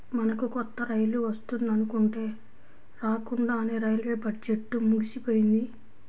మనకు కొత్త రైలు వస్తుందనుకుంటే రాకండానే రైల్వే బడ్జెట్టు ముగిసిపోయింది